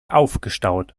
aufgestaut